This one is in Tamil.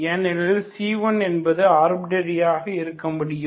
ஏனெனில் c1 என்பது ஆர்பிட்ரரியாக இருக்க முடியும்